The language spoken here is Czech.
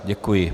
Děkuji.